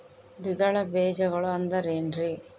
ದ್ವಿದಳ ಬೇಜಗಳು ಅಂದರೇನ್ರಿ?